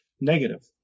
Negative